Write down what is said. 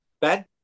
Ben